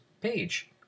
page